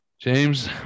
James